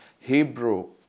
Hebrew